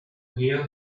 hear